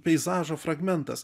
peizažo fragmentas